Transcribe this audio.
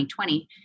2020